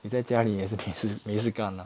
你在家里也是没事 没事干 ah